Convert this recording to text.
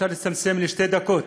ואפשר להצטמצם לשתי דקות,